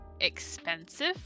expensive